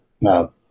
No